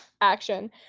Action